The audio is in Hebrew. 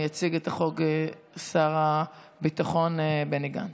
יציג את הצעת חוק שר הביטחון בני גנץ.